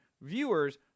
viewers